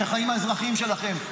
את החיים האזרחיים שלכם.